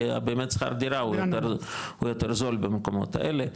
כי באמת שכר דירה הוא יותר זול במקומות האלה,